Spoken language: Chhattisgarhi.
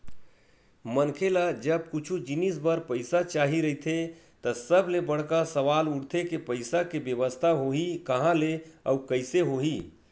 मनखे ल जब कुछु जिनिस बर पइसा चाही रहिथे त सबले बड़का सवाल उठथे के पइसा के बेवस्था होही काँहा ले अउ कइसे होही